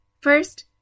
First